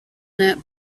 knit